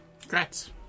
Congrats